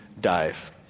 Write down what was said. dive